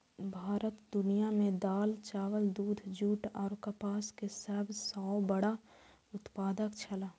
भारत दुनिया में दाल, चावल, दूध, जूट और कपास के सब सॉ बड़ा उत्पादक छला